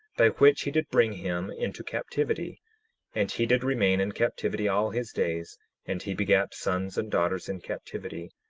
by which he did bring him into captivity and he did remain in captivity all his days and he begat sons and daughters in captivity,